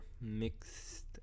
mixed